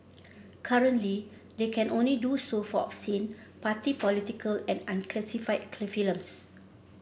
currently they can only do so for obscene party political and unclassified